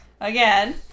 Again